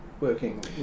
working